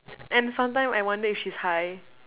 and sometime I wonder if she's high